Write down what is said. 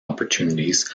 opportunities